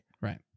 Right